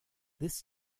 this